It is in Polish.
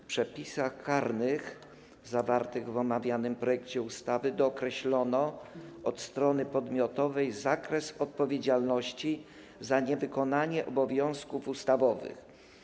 W przepisach karnych zawartych w omawianym projekcie ustawy dookreślono od strony podmiotowej zakres odpowiedzialności za niewykonanie obowiązków ustawowych.